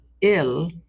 ill